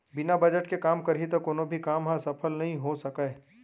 बिना बजट के काम करही त कोनो भी काम ह सफल नइ हो सकय